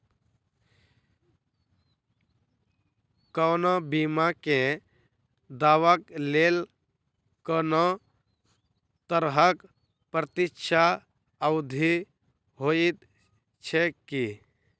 कोनो बीमा केँ दावाक लेल कोनों तरहक प्रतीक्षा अवधि होइत छैक की?